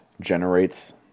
generates